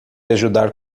ajudar